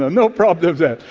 ah no problems there!